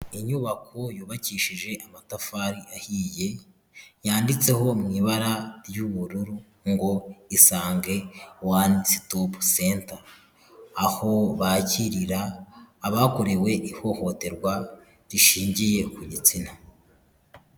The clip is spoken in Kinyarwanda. Inyubako yubakishije amatafari ahiye, yanditseho mu ibara ry'ubururu ngo ''Isange one stop center'' aho bakirira abakorewe ihohoterwa rishingiye ku gitsina.